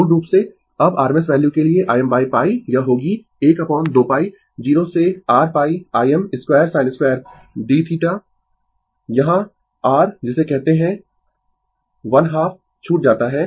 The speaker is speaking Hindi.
मूल रूप से अब RMS वैल्यू के लिए Im π यह होगी 1 अपोन 2π 0 से rπIm2sin2dθ यहाँ r जिसे कहते है वन हाफ छूट जाता है